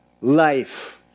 life